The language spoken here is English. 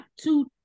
two